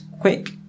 quick